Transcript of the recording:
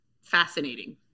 fascinating